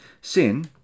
Sin